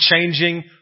changing